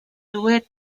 due